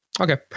Okay